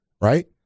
Right